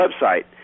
website